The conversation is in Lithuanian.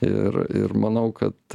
ir ir manau kad